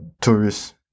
tourists